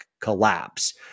collapse